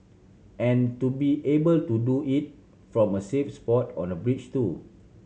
and to be able to do it from a safe spot on a bridge too